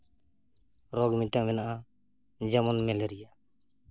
ᱨᱳᱜᱽ ᱢᱤᱫᱴᱮᱱ ᱢᱮᱱᱟᱜᱼᱟ ᱡᱮᱢᱚᱱ ᱢᱮᱞᱮᱨᱤᱭᱟ